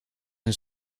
hun